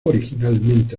originalmente